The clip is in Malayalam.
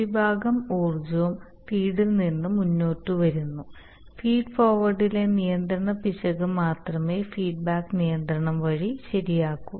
ഭൂരിഭാഗം ഊർജ്ജവും ഫീഡിൽ നിന്ന് മുന്നോട്ട് വരുന്നു ഫീഡ് ഫോർവേഡിലെ നിയന്ത്രണ പിശക് മാത്രമേ ഫീഡ്ബാക്ക് നിയന്ത്രണം വഴി ശരിയാക്കൂ